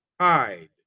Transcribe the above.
Hide